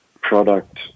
product